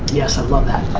yes i love that.